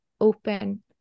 open